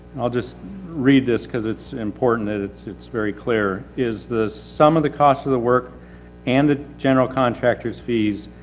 i'll just read this, cuz it's important that it's, it's very clear, is the sum of the cost of the work and the general contractor's fees,